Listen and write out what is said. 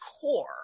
core